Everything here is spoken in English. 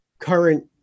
current